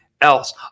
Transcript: else